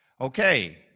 Okay